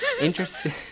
Interesting